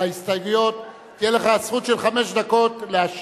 על ההסתייגויות תהיה לך זכות של חמש דקות להשיב.